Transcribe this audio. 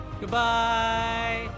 Goodbye